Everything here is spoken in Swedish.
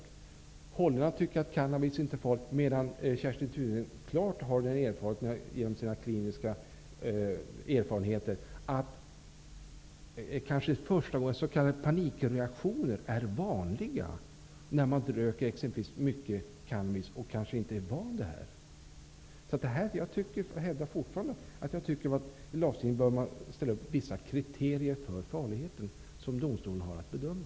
I Holland tycker man att cannabis inte är så farlig, medan Kerstin Thunving klart genom sina kliniska erfarenheter har visat att panikreaktioner är vanliga hos dem som använder cannabis för första gången, kanske röker mycket och inte är så vana. Jag hävdar fortfarande att man i lagstiftningen bör ställa upp vissa kriterier för farligheten, som domstolen har att bedöma.